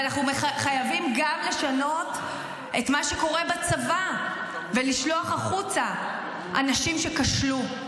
ואנחנו חייבים גם לשנות את מה שקורה בצבא ולשלוח החוצה אנשים שכשלו.